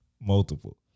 Multiple